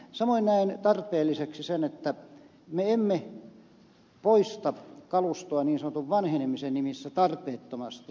samoin näen tarpeelliseksi sen että me emme poista kalustoa niin sanotun vanhenemisen nimissä tarpeettomasti